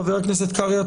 חבר הכנסת קרעי,